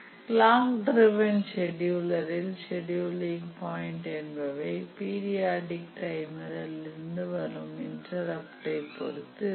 clock driven செடியூலரில் scheduling point என்பவை periodic timer இலிருந்து வரும் இன்டருப்டை பொருத்து இருக்கும்